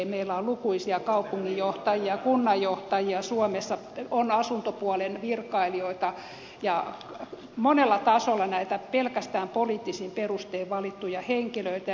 meillä on lukuisia kaupunginjohtajia kunnanjohtajia suomessa on asuntopuolen virkailijoita ja monella tasolla näitä pelkästään poliittisin perustein valittuja henkilöitä